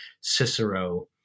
Cicero